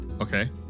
Okay